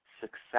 success